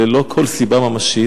ללא כל סיבה ממשית,